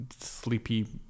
sleepy